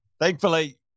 thankfully